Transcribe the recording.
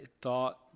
thought